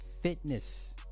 fitness